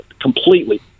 completely